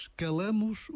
calamos